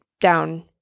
down